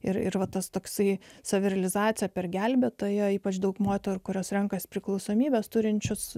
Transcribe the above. ir ir va tas toksai savirealizacija per gelbėtojo ypač daug moterų kurios renkasi priklausomybes turinčius